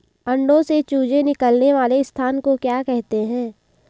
अंडों से चूजे निकलने वाले स्थान को क्या कहते हैं?